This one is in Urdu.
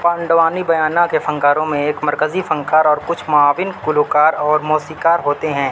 پانڈوانی بیانیہ کے فنکاروں میں ایک مرکزی فنکار اور کچھ معاون گلوکار اور موسیقار ہوتے ہیں